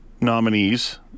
nominees